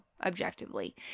objectively